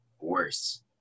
worse